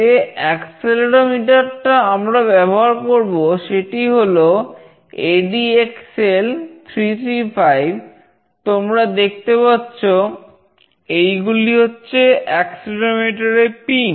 যে অ্যাক্সেলেরোমিটার এর পিন